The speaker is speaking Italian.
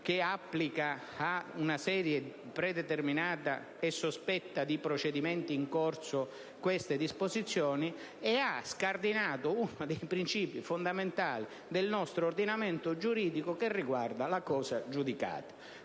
disposizioni ad una serie predeterminata e sospetta di procedimenti in corso. È stato inoltre scardinato uno dei principi fondamentali del nostro ordinamento giuridico, che riguarda la cosa giudicata.